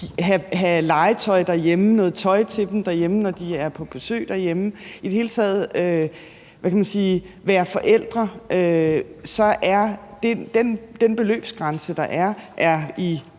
have legetøj derhjemme; noget tøj til dem derhjemme, når de er på besøg derhjemme; i det hele taget være forældre – så er den beløbsgrænse, der er, i